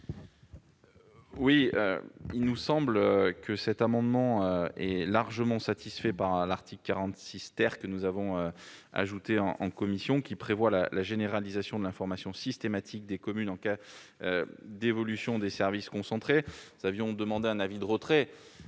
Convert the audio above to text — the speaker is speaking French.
? Il nous semble que cet amendement est largement satisfait par l'article 46, que nous avons ajouté en commission et qui prévoit la généralisation de l'information systématique des communes en cas d'évolution des services déconcentrés. La commission a sollicité le retrait